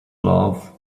love